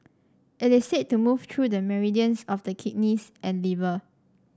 it is said to move through the meridians of the kidneys and liver